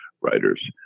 writers